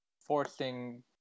forcing